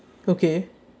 okay